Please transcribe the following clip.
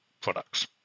products